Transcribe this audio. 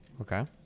Okay